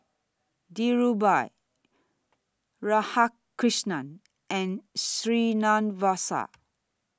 Dhirubhai Radhakrishnan and Srinivasa